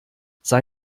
sei